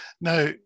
Now